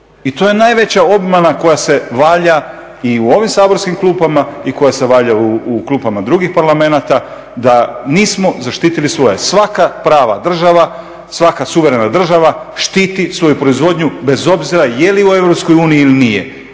I to je najveća obmana koja se valja i u ovim saborskim klupama i koja se valja u klupama drugih parlamenata, da nismo zaštitili svoje. Svaka prava država, svaka suverena država štiti svoju proizvodnju bez obzira je li u Europskoj